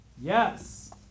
yes